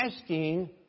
asking